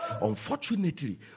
Unfortunately